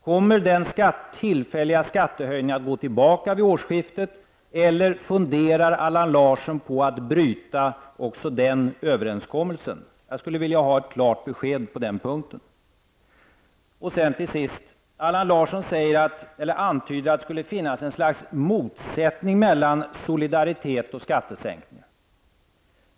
Kommer den tillfälliga skattehöjningen att gå tillbaka vid årsskiftet, eller funderar Allan Larsson på att bryta också den överenskommelsen? Jag skulle vilja ha ett klart besked på den punkten. Till sist: Allan Larsson antydde att det skulle finnas ett slags motsättning mellan solidaritet och skattesänkningar.